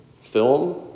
film